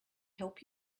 help